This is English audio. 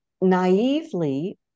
Naively